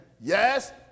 Yes